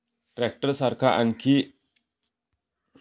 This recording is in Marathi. ट्रॅक्टर सारखा आणि काय हा ज्याने पीका कापू शकताव?